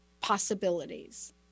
possibilities